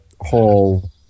whole